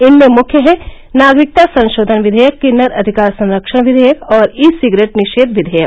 इनमें मुख्य हैं नागरिकता संशोधन विधेयक किन्नर अधिकार संरक्षण विधेयक और ई सिगरेट निषेघ विधेयक